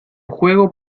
juego